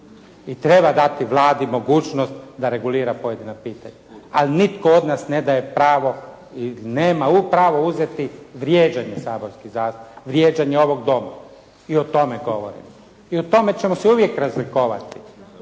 i treba dati Vladi mogućnost da regulira pojedina pitanja, ali nitko od nas ne daje pravo i nema pravo uzeti vrijeđanje saborskih zastupnika, vrijeđanje ovog doma i o tome govorim i o tome ćemo se uvijek razlikovati.